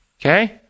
Okay